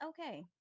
okay